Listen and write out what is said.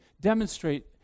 demonstrate